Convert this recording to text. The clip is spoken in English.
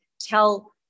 tell